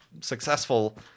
successful